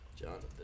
Jonathan